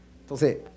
entonces